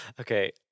Okay